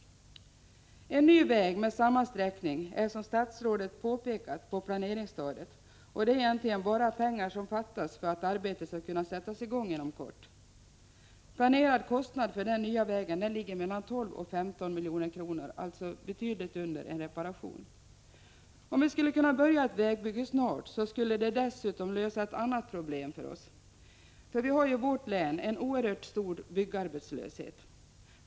En ny väg är, som statsrådet påpekar, på planeringsstadiet — det är bara pengar som fattas för att arbetet skall kunna sättas i gång inom kort. Planerad kostnad för den nya vägen ligger på mellan 12 och 15 milj.kr., alltså betydligt under kostnaden för en reparation. Om vi skulle kunna börja ett vägbygge snart, skulle det dessutom lösa ett annat problem. Vi har i vårt län en oerhört stor byggarbetslöshet.